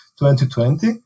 2020